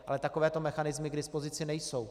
Ale takovéto mechanismy k dispozici nejsou.